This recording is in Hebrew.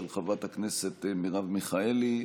של חברת הכנסת מרב מיכאלי,